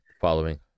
Following